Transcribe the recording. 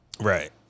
Right